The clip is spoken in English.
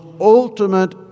ultimate